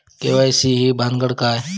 KYC ही भानगड काय?